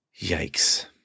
Yikes